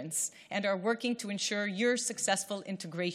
המבט שלכם ואת הניסיון שלכם אל שולחן הדיונים.